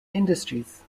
industries